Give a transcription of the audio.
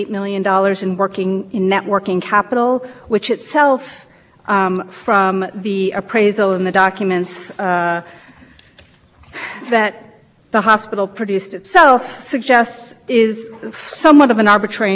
consideration was used immediately to offset current current assets so arriving at the eighty nine million dollars arriving at the thirty million dollars of